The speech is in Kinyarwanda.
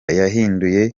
yahinduye